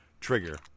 trigger